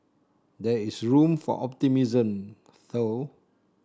there is room for optimism though